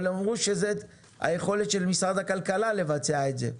אבל הם אמרו שזאת היכולת של משרד הכלכלה לבצע את זה.